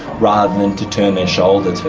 rather than to turn their shoulder to.